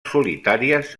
solitàries